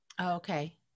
okay